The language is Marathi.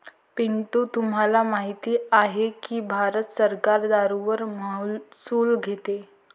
पिंटू तुम्हाला माहित आहे की भारत सरकार दारूवर महसूल घेते